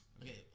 Okay